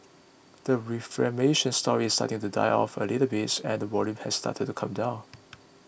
the reflect mention story starting to die off a little bit and the volumes have started to come down